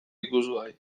ikusgai